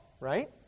right